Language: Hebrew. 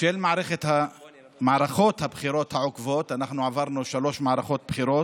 בשל מערכות הבחירות העוקבות אנחנו עברנו שלוש מערכות בחירות,